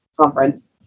conference